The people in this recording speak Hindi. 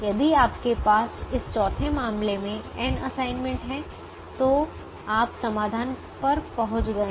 यदि आपके पास इस चौथे मामले में n असाइनमेंट है तो आप समाधान पर पहुंच गए हैं